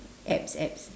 apps apps